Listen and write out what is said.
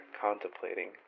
contemplating